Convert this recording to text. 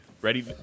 ready